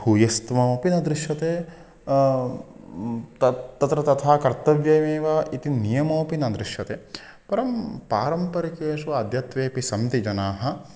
भूयस्त्वमपि न दृश्यते तत्र तथा कर्तव्यमेव इति नियमोपि न दृश्यते परं पारम्परिकेषु अद्यत्वेपि सन्ति जनाः